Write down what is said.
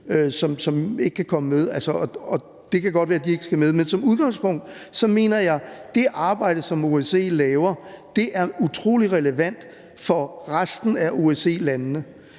kan ikke komme med, og det kan godt være, at de ikke skal med. Men som udgangspunkt mener jeg, at det arbejde, som OSCE laver, er utrolig relevant for resten af OSCE-landene,